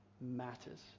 matters